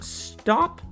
stop